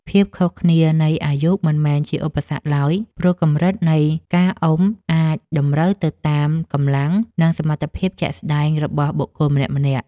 ភាពខុសគ្នានៃអាយុមិនមែនជាឧបសគ្គឡើយ ព្រោះកម្រិតនៃការអុំអាចតម្រូវទៅតាមកម្លាំង និងសមត្ថភាពជាក់ស្ដែងរបស់បុគ្គលម្នាក់ៗ។